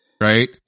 right